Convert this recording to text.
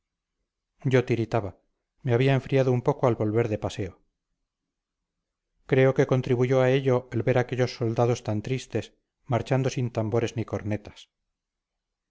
yo tiritaba me había enfriado un poco al volver de paseo creo que contribuyó a ello el ver aquellos soldados tan tristes marchando sin tambores ni cornetas